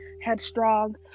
headstrong